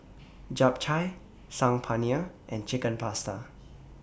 Japchae Saag Paneer and Chicken Pasta